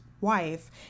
wife